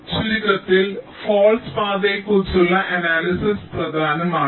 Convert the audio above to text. ചുരുക്കത്തിൽ ഫാൾസ് പാതയെക്കുറിച്ചുള്ള അനാലിസിസ് പ്രധാനമാണ്